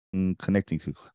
Connecting